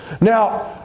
Now